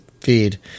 feed